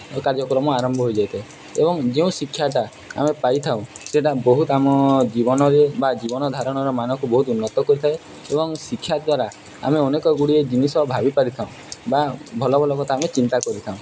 ଏହି କାର୍ଯ୍ୟକ୍ରମ ଆରମ୍ଭ ହୋଇଯାଇଥାଏ ଏବଂ ଯେଉଁ ଶିକ୍ଷାଟା ଆମେ ପାଇଥାଉ ସେଇଟା ବହୁତ ଆମ ଜୀବନରେ ବା ଜୀବନଧାରଣର ମାନଙ୍କୁ ବହୁତ ଉନ୍ନତ କରିଥାଏ ଏବଂ ଶିକ୍ଷା ଦ୍ୱାରା ଆମେ ଅନେକ ଗୁଡ଼ିଏ ଜିନିଷ ଭାବିପାରିଥାଉ ବା ଭଲ ଭଲ କଥା ଆମେ ଚିନ୍ତା କରିଥାଉ